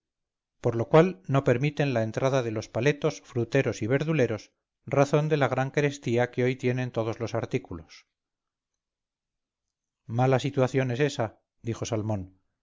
por lo cual no permiten la entrada de los paletos fruteros y verduleros razón de la gran carestía que hoy tienen todos los artículos mala situación es esta dijo salmón